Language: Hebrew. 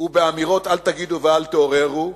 ובאמירות של אל תגידו ואל תעוררו.